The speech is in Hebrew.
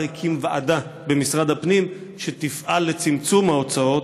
הקים ועדה במשרד הפנים שתפעל לצמצום ההוצאות